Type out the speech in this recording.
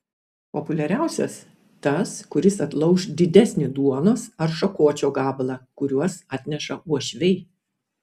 populiariausias tas kuris atlauš didesnį duonos ar šakočio gabalą kuriuos atneša uošviai